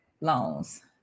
loans